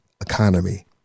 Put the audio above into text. economy